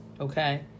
Okay